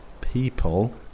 people